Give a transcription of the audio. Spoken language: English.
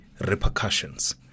repercussions